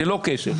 ללא קשר,